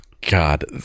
God